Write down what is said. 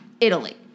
Italy